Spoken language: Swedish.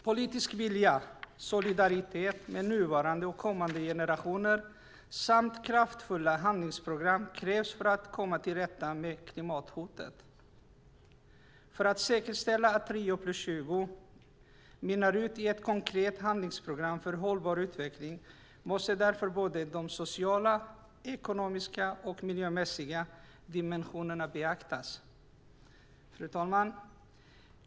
Politisk vilja, solidaritet med nuvarande och kommande generationer samt kraftfulla handlingsprogram krävs för att komma till rätta med klimathotet. För att säkerställa att Rio + 20 mynnar ut i ett konkret handlingsprogram för hållbar utveckling måste därför både de sociala, ekonomiska och miljömässiga dimensionerna beaktas. Fru talman!